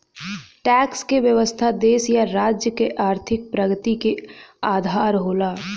tax क व्यवस्था देश या राज्य क आर्थिक प्रगति क आधार होला